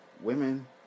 women